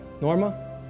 Norma